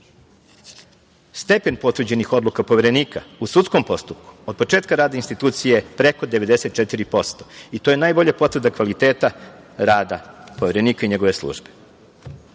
potvrđenih odluka poverenika u sudskom postupku od početka rada institucije preko 94% i to je najbolja potvrda kvaliteta rada Poverenika i njegove službe.